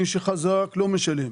מי שחזק לא משלם,